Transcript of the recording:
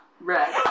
red